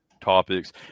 topics